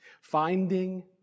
Finding